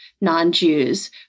non-Jews